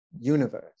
universe